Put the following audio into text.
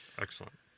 Excellent